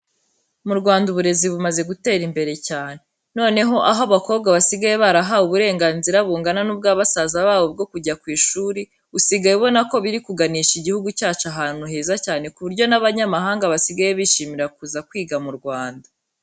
Mu Rwanda uburezi bumaze gutera imbere cyane. Noneho aho abakobwa basigaye barahawe uburenganzira bungana n'ubwabasaza babo bwo kujya ku ishuri, usigaye ubona ko biri kuganisha igihugu cyacu ahantu heza cyane ku buryo n'abanyamahanga basigaye bishimira kuza kwiga mu Rwanda.